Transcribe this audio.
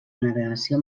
navegació